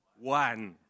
one